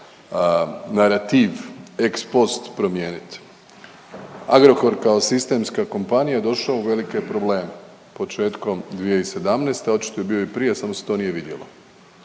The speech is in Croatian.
narativ ex post promijeniti. Agrokor kao sistemska kompanija došao u velike probleme početkom 2017., a očito je bio i prije samo se to nije vidjelo,